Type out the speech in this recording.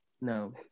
No